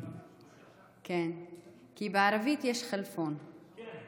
כי בערבית יש כַלְפוֹן, כן.